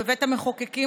בבית המחוקקים,